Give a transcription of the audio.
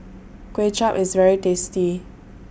Kway Chap IS very tasty